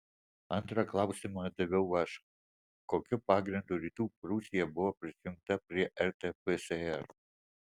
antrą klausimą daviau aš kokiu pagrindu rytų prūsija buvo prijungta prie rtfsr